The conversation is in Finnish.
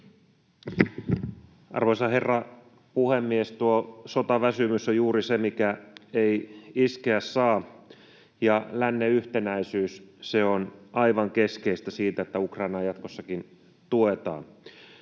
Arvoisa herra puhemies! Tuo sotaväsymys on juuri se, mikä ei iskeä saa, ja lännen yhtenäisyys on aivan keskeistä siinä, että Ukrainaa jatkossakin tuetaan.